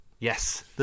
Yes